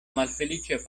malfeliĉa